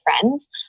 friends